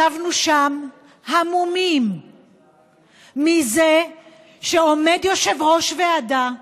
ישבנו שם המומים מזה שעומד יושב-ראש ועדה,